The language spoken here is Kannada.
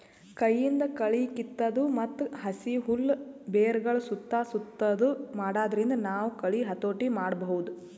ಕೈಯಿಂದ್ ಕಳಿ ಕಿತ್ತದು ಮತ್ತ್ ಹಸಿ ಹುಲ್ಲ್ ಬೆರಗಳ್ ಸುತ್ತಾ ಸುತ್ತದು ಮಾಡಾದ್ರಿಂದ ನಾವ್ ಕಳಿ ಹತೋಟಿ ಮಾಡಬಹುದ್